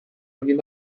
egin